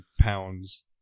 pounds